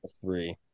Three